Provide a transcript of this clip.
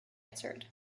answered